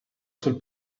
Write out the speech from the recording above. sul